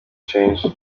change